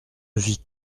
vis